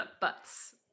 butts